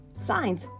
signs